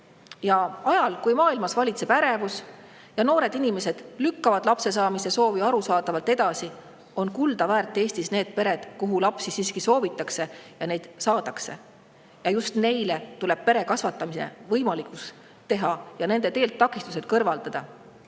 Ajal, kui maailmas valitseb ärevus ja noored inimesed lükkavad lapsesaamise soovi arusaadaval põhjusel edasi, on kuldaväärt Eestis need pered, kuhu lapsi siiski soovitakse ja neid saadakse. Ja just neile tuleb pere kasvatamine võimalikuks teha ja nende teelt takistused kõrvaldada.